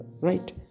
right